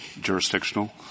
jurisdictional